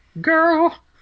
girl